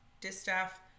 distaff